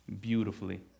beautifully